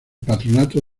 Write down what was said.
patronato